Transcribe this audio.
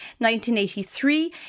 1983